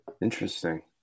interesting